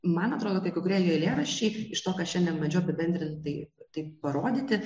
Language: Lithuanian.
man atrodo kai kurie jo eilėraščiai iš to ką šiandien bandžiau apibendrintai taip parodyti